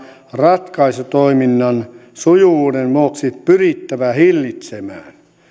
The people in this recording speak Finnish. ratkaisutoiminnan sujuvuuden vuoksi pyrittävä hillitsemään